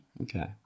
Okay